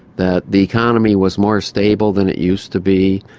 the the economy was more stable than it used to be,